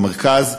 במרכז,